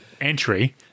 entry